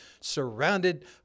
surrounded